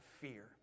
fear